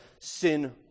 sin